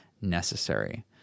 necessary